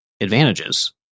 advantages